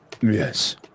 Yes